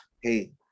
hey